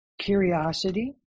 Curiosity